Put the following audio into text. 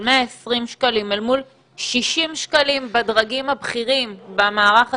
של 120 שקלים אל מול 60 שקלים בדרגים הבכירים במערך הציבורי,